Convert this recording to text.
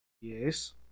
yes